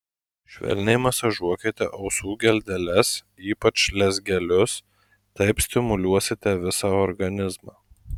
švelniai masažuokite ausų geldeles ypač lezgelius taip stimuliuosite visą organizmą